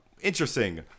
interesting